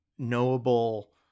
knowable